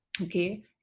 okay